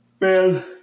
man